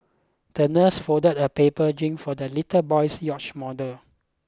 the nurse folded a paper for the little boy's yacht model